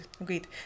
Agreed